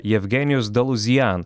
jevgenijus daluzijan